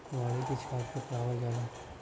वाणिज्य छात्र के पढ़ावल जाला